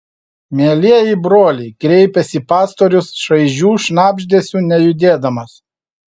mielieji broliai kreipėsi pastorius šaižiu šnabždesiu nejudėdamas